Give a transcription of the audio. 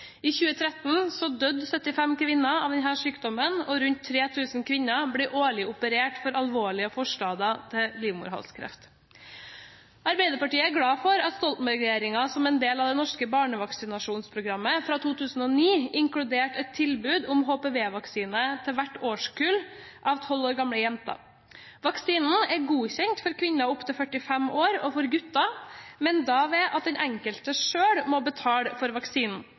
I 2013 døde 75 kvinner av denne sykdommen, og rundt 3 000 kvinner blir årlig operert for alvorlige forstadier til livmorhalskreft. Arbeiderpartiet er glad for at Stoltenberg-regjeringen som en del av det norske barnevaksinasjonsprogrammet fra 2009 inkluderte et tilbud om HPV-vaksine til hvert årskull av 12 år gamle jenter. Vaksinen er godkjent for kvinner opp til 45 år og for gutter, men da ved at den enkelte selv må betale for vaksinen.